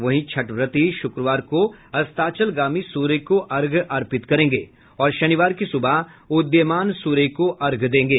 वहीं छठव्रती शुक्रवार को अस्तचलगामी सूर्य को अर्घ्य अर्पित करेंगे और शनिवार की सुबह उदीयमान सूर्य को अर्घ्य देंगे